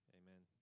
amen